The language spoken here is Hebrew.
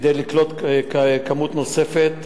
כדי לקלוט כמות נוספת.